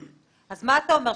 אז מה אתה אומר?